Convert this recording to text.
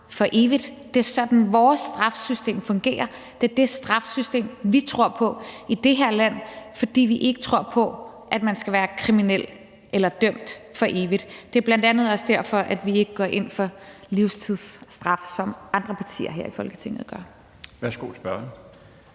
for evigt. Det er sådan, vores straffesystem fungerer. Det er det straffesystem, vi tror på i det her land, fordi vi ikke tror på, at man skal være kriminel eller dømt for evigt. Det er bl.a. også derfor, at vi ikke går ind for livstidsstraf, som andre partier her i Folketinget gør. Kl.